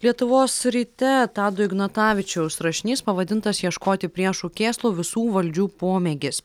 lietuvos ryte tado ignatavičiaus rašinys pavadintas ieškoti priešų kėslų visų valdžių pomėgis